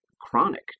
chronic